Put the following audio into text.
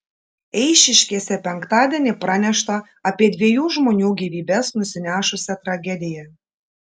eišiškėse penktadienį pranešta apie dviejų žmonių gyvybes nusinešusią tragediją